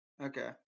okay